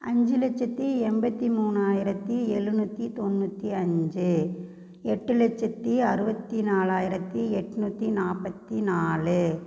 அஞ்சு லட்சத்தி எண்பத்தி மூணாயிரத்தி எழுநூற்றி தொண்ணூற்றி அஞ்சு எட்டு லட்சத்தி அறுபத்தி நாலாயிரத்தி எட்நூத்தி நாற்பத்தி நாலு